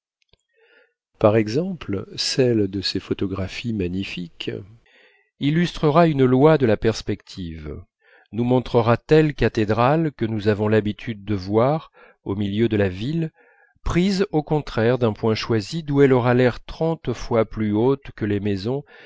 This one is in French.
par exemple telle de ces photographies magnifiques illustrera une loi de la perspective nous montrera telle cathédrale que nous avons l'habitude de voir au milieu de la ville prise au contraire d'un point choisi d'où elle aura l'air trente fois plus haute que les maisons